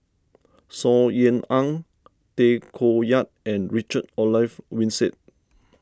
Saw Ean Ang Tay Koh Yat and Richard Olaf Winstedt